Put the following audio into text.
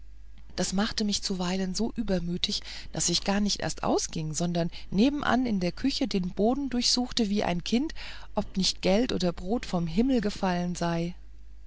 das machte mich zuweilen so übermütig daß ich gar nicht erst ausging sondern nebenan in der küche den boden durchsuchte wie ein kind ob nicht geld oder brot vom himmel gefallen sei